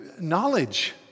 Knowledge